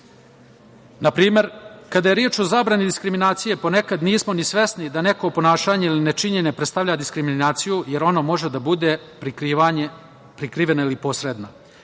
primer, kada je reč o zabrani diskriminacije, ponekad nismo ni svesni da neko ponašanje ili nečinjenje predstavlja diskriminaciju, jer ono može da bude prikriveno ili posredno.